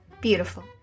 Beautiful